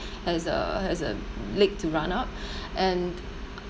has a has a leg to run up and